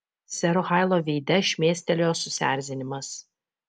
sero hailo veide šmėstelėjo susierzinimas